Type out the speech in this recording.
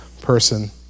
person